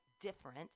different